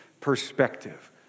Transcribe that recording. perspective